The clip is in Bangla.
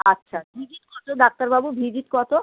আচ্ছা ভিজিট কতো ডাক্তারবাবু ভিজিট কতো